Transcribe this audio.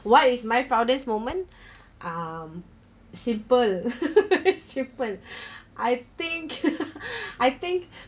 why is my proudest moment um simple very simple I think I think